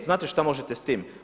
Znate šta možete s tim?